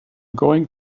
going